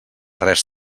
res